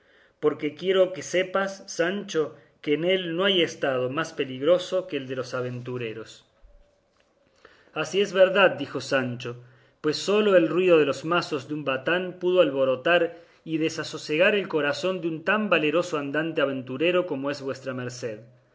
porque quiero que sepas sancho que en él no hay estado más peligroso que el de los aventureros así es verdad dijo sancho pues sólo el ruido de los mazos de un batán pudo alborotar y desasosegar el corazón de un tan valeroso andante aventurero como es vuestra merced